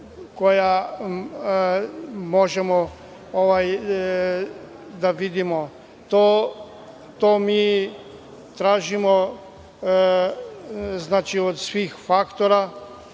koja možemo da vidimo. To mi tražimo od svih faktora,